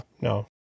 no